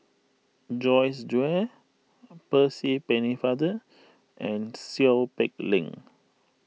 Joyce Jue Percy Pennefather and Seow Peck Leng